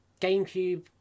GameCube